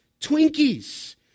Twinkies